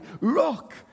rock